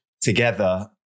together